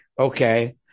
Okay